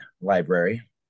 Library